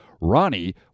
Ronnie